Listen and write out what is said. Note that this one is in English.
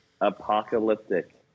Apocalyptic